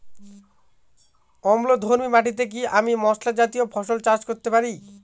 অম্লধর্মী মাটিতে কি আমি মশলা জাতীয় ফসল চাষ করতে পারি?